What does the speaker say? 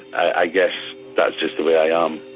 i guess that's just the way i am.